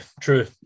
true